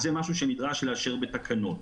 זה משהו שנדרש לאשר בתקנות.